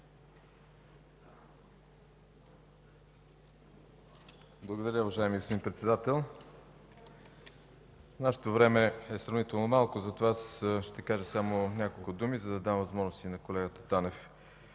Благодаря, уважаеми господин Председател. Нашето време е сравнително малко, затова ще кажа само няколко думи, за да дам възможност и на колегата Танев,